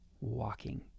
walking